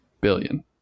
Billion